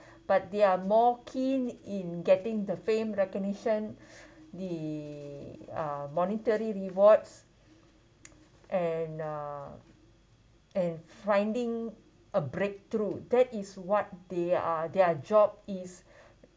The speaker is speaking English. but they are more keen in getting the fame recognition the uh monetary rewards and uh and finding a breakthrough that is what their job is